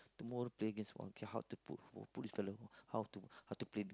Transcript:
tomorrow play against one okay how to put put this fellow how to how to play